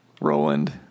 Roland